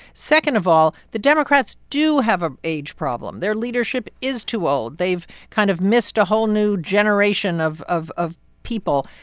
second of all, the democrats do have a age problem. their leadership is too old. they've kind of missed a whole new generation of of people.